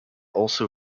also